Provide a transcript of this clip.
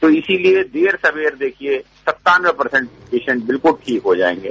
तो इसीलिए देर सवेर देखिये सत्तानवें परसेंट पेशेंट बिलकुल ठीक हो जाएंगे